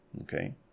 Okay